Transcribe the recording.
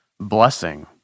blessing